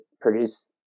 produce